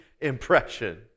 impression